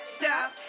stop